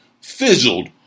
fizzled